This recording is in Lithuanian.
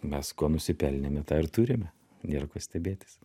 mes ko nusipelnėme tą ir turime nėr ko stebėtis